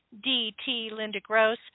DTLindaGross